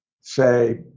say